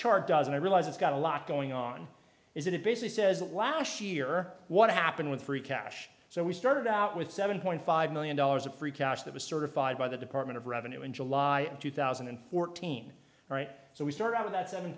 chart does and i realize it's got a lot going on is that it basically says that last year what happened with free cash so we started out with seven point five million dollars of free cash that was certified by the department of revenue in july two thousand and fourteen right so we start out of that seven